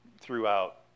throughout